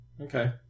Okay